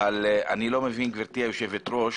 אבל אני לא מבין, גברתי היושבת-ראש,